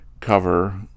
cover